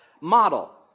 model